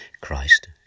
Christ